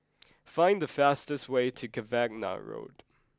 find the fastest way to Cavenagh Road